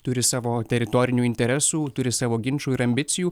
turi savo teritorinių interesų turi savo ginčų ir ambicijų